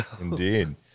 Indeed